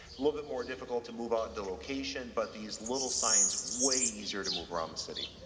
little bit more difficult to move on to location. but these little science way easier to move around the city.